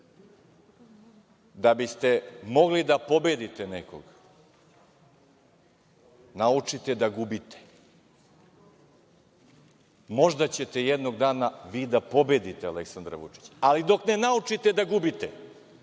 da biste mogli da pobedite nekog, naučite da gubite. Možda ćete jednog dana vi da pobedite Aleksandra Vučića, ali dok ne naučite da gubite,